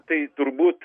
tai turbūt